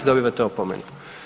Dobivate opomenu.